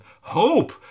hope